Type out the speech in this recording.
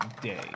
day